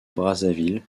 brazzaville